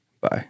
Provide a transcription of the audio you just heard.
Bye